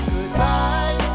Goodbye